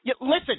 Listen